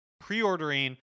pre-ordering